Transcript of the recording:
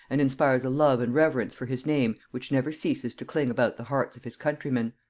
and inspires a love and reverence for his name which never ceases to cling about the hearts of his countrymen.